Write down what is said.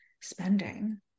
spending